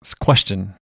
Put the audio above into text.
question